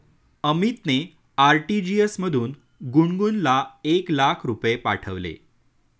अमितने आर.टी.जी.एस मधून गुणगुनला एक लाख रुपये पाठविले